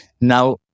Now